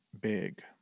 big